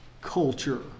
culture